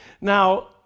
Now